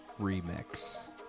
remix